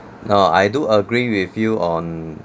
no I do agree with you on